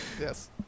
yes